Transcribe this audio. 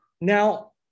Now